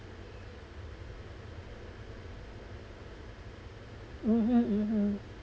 mmhmm mmhmm